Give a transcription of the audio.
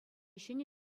ҫӗнӗ